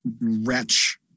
wretch